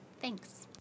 Thanks